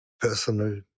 personal